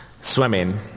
swimming